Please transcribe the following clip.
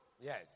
Yes